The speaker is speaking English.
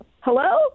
hello